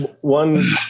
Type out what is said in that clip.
one